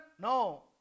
No